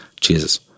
Jesus